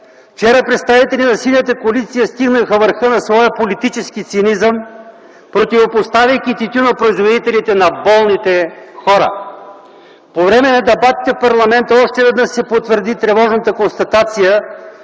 Вчера представители на Синята коалиция стигнаха върха на своя политически цинизъм, противопоставяйки тютюнопроизводителите на болните хора. По време на дебатите в парламента още веднъж се потвърди тревожната констатация,